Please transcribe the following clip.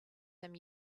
some